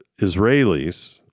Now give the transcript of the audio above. Israelis